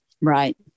Right